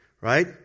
Right